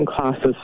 classes